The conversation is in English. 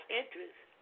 interest